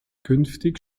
künftig